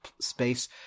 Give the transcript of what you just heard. space